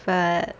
but